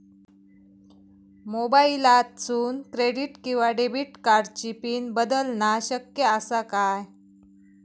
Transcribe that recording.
मोबाईलातसून क्रेडिट किवा डेबिट कार्डची पिन बदलना शक्य आसा काय?